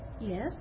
Yes